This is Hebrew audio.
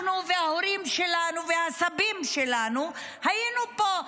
אנחנו וההורים שלנו והסבים שלנו היינו פה,